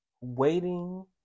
waiting